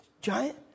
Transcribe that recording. giant